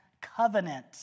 covenant